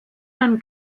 man